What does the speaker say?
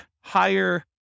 higher